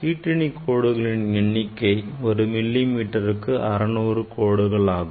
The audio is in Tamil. கீற்றணி கோடுகளின் எண்ணிக்கை ஒரு மில்லி மீட்டருக்கு 600 கோடுகள் ஆகும்